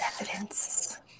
Evidence